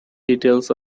details